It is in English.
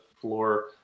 floor